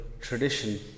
tradition